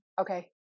Okay